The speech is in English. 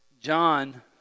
John